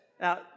Now